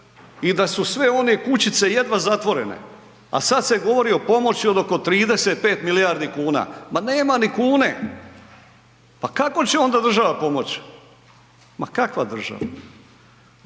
i da su sve one kućice jedva zatvorene, a sada se govori o pomoći od oko 35 milijardi kuna. Ma nema ni kune. Pa kako će onda država pomoć? Ma kakva država.